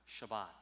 Shabbat